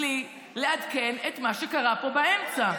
בלי לעדכן לפי מה שקרה פה באמצע.